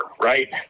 right